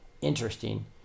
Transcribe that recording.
interesting